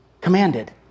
commanded